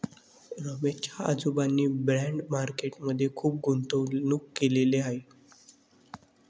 रमेश च्या आजोबांनी bond market मध्ये खुप गुंतवणूक केलेले आहे